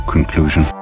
conclusion